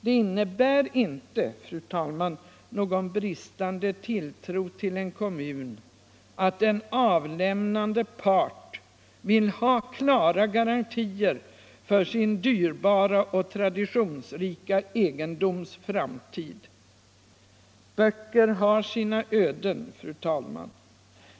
Det innebär inte någon bristande tilltro till en kommun att en avlämnande part vill ha klara garantier för sin dyrbara och traditionsrika egendoms framtid. ”Böcker har sina öden”, fru talman.